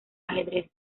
ajedrez